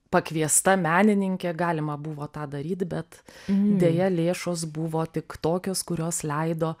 pakviesta menininkė galima buvo tą daryt bet deja lėšos buvo tik tokios kurios leido